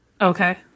Okay